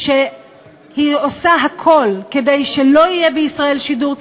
שהיא עושה הכול כדי שלא יהיה בישראל שידור ציבורי,